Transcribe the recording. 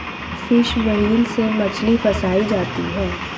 fish wheel से मछली फँसायी जाती है